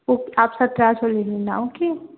okay आप सत्रह सौ ले लेना ओके